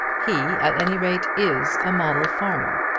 he at any rate is a model farmer.